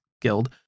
guild